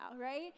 right